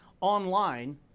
online